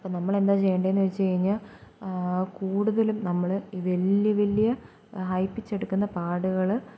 അപ്പോൾ നമ്മളെന്താ ചെയ്യേണ്ടതെന്നു വെച്ചു കഴിഞ്ഞാൽ കൂടുതലും നമ്മൾ വലിയ വലിയ ഹൈ പിച്ചെടുക്കുന്ന പാടുകൾ